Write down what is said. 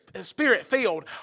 Spirit-filled